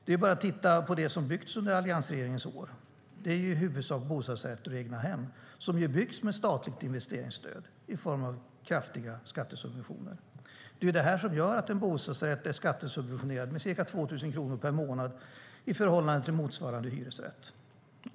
Det är bara att se på det som har byggts under alliansregeringens år. Det är i huvudsak bostadsrätter och egna hem som har byggts med statligt investeringsstöd i form av kraftiga skattesubventioner. En bostadsrätt är skattesubventionerad med ca 2 000 kronor per månad jämfört med motsvarande hyresrätt.